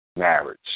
marriage